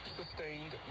sustained